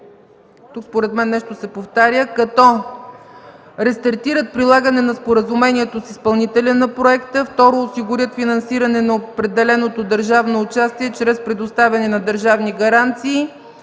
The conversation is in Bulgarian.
на площадка „Белене” като: 1. рестартират прилагане на споразумението с изпълнителя на проекта; 2. осигурят финансиране на определеното държавно участие чрез предоставяне на държавни гаранции;